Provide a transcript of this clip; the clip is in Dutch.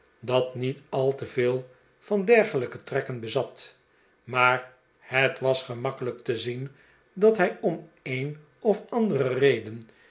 dat niet al te veel van flergelijke trekken bezat maar het was gemakkelijk te zien dat hij om de een of andere reden